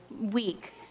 week